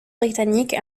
britannique